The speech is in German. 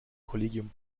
kollegium